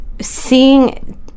Seeing